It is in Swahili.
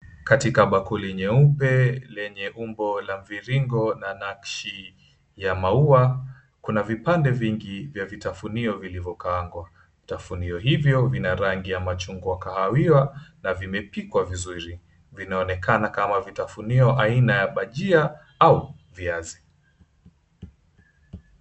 Katika bakuli nyeupe lenye umbo la mviringo na nakshi ya maua, kuna vipande vingi vya vitafunio vilivyokaangwa. Vitafunio hivyo vina rangi ya chungwa kahawia na vimepikwa vizuri. Vimeonekana kama vitafunio aina ya bajia au viazi.